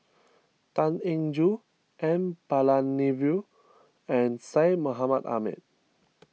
Tan Eng Joo N Palanivelu and Syed Mohamed Ahmed